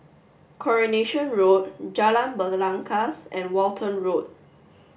Coronation Road Jalan Belangkas and Walton Road